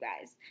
guys